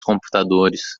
computadores